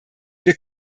wir